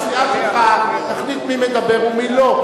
בסיעה שלך תחליט מי מדבר ומי לא,